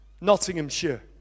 Nottinghamshire